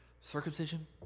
circumcision